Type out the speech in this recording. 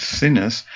sinners